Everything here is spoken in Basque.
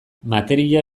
materia